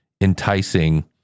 enticing